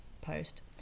post